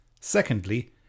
Secondly